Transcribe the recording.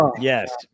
yes